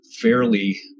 fairly